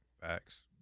Facts